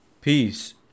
peace